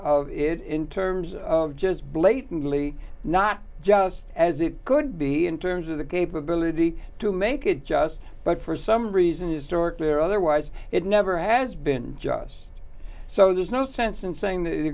of it in terms of just blatantly not just as it could be in terms of the capability to make it just but for some reason is dork there otherwise it never has been just so there's no sense in saying that you're